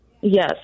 Yes